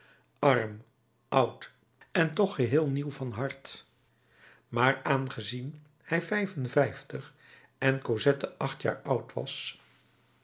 arm oud en toch geheel nieuw van hart maar aangezien hij vijf-en-vijftig en cosette acht jaar oud was